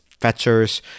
fetchers